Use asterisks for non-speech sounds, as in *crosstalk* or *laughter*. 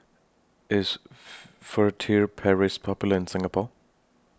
IS *noise* Furtere Paris Popular in Singapore